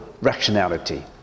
rationality